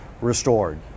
restored